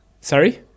Sorry